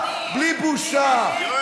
חוקים,